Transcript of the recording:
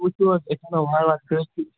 وُچھو حظ أسۍ